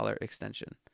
extension